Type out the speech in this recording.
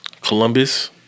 Columbus